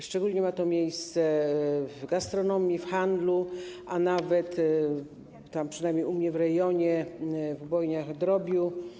Szczególnie ma to miejsce w gastronomii, w handlu, a nawet, przynajmniej u mnie w rejonie, w ubojniach drobiu.